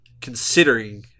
considering